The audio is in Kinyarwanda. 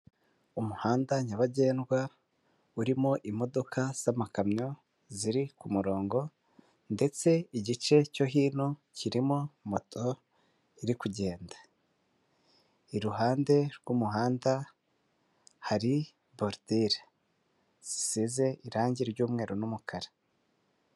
Umuhanda nyabagendwa urimo imodoka z'amakamyo ziri ku murongo, ndetse igice cyo hino kirimo moto iri kugenda, iruhande rw'umuhanda hari borudire zisize irangi ry'umweru n'umukara.